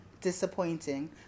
disappointing